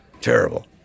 Terrible